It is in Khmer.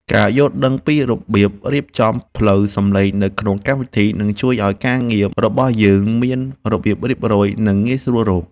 ការយល់ដឹងពីរបៀបរៀបចំផ្លូវសំឡេងនៅក្នុងកម្មវិធីនឹងជួយឱ្យការងាររបស់យើងមានរបៀបរៀបរយ និង ងាយស្រួលរក។